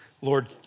Lord